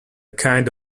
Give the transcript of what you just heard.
kind